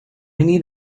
need